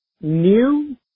new